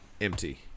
empty